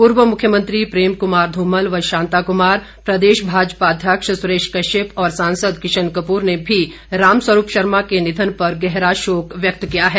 पूर्व मुख्यमंत्री प्रेम कुमार धूमल व शांता कुमार प्रदेश भाजपा अध्यक्ष सुरेश कश्यप और सांसद किशन कपूर ने भी रामस्वरूप के निधन पर गहरा शोक व्यक्त किया है